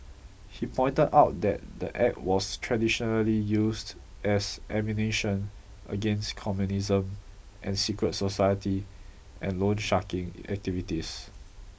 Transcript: he pointed out that the act was traditionally used as ammunition against communism and secret society and loansharking activities